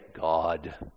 God